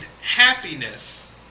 happiness